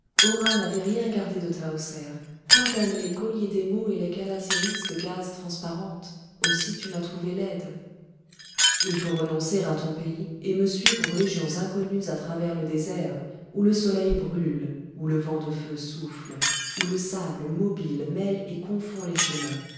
n'avait rien gardé de tahoser pas même les colliers d'émaux et les calasiris de gaze transparente aussi tu m'as trouvée laide il faut renoncer à ton pays et me suivre aux régions inconnues à travers le désert où le soleil brûle où le vent de feu souffle où le sable mobile mêle et confond les chemins